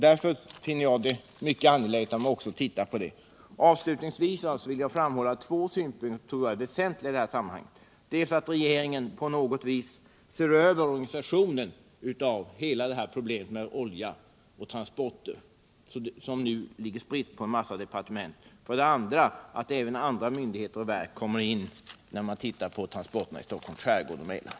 Därför finner jag det mycket angeläget att man också studerar vilka ökade risker supertankrar innebär. Avslutningsvis vill jag framhålla två saker som jag tror är väsentliga i detta sammanhang. För det första bör regeringen på något vis se över organisationen av bevakningen av de frågor som hör samman med olja och transporter, som nu ligger spridda på flera departement. För det andra behöver andra myndigheter - utöver sjöfartsverket — få framlägga synpunkter när det gäller transporterna i Stockholms skärgård och Mälaren.